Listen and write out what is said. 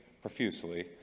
profusely